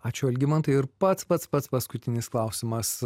ačiū algimantai ir pats pats pats paskutinis klausimas